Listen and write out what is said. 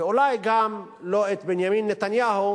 ואולי גם לא את בנימין נתניהו